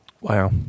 Wow